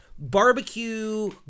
Barbecue